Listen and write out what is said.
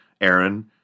Aaron